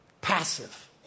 passive